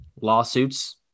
lawsuits